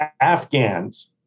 Afghans